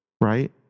right